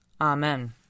Amen